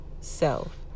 self